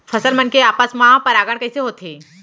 फसल मन के आपस मा परागण कइसे होथे?